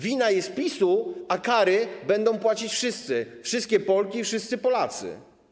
Wina jest PiS-u, a kary będą płacić wszyscy, wszystkie Polki i wszyscy Polacy.